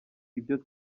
ibyo